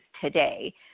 today